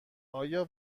آیا